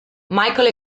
michael